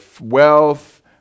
wealth